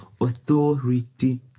authority